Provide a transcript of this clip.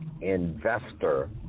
investor